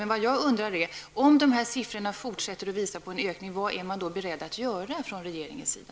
Men det jag undrar är: Om de här siffrorna fortsätter att visa på en ökning, vad är regeringen beredd att göra?